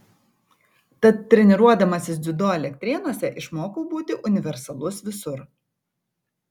tad treniruodamasis dziudo elektrėnuose išmokau būti universalus visur